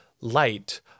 light